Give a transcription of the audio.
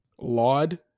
laud